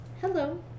hello